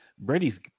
Brady's